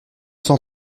cent